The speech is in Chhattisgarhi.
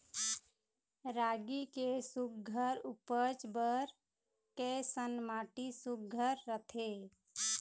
रागी के सुघ्घर उपज बर कैसन माटी सुघ्घर रथे?